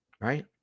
right